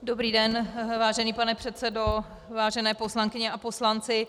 Dobrý den, vážený pane předsedo, vážené poslankyně a poslanci.